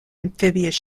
amphibious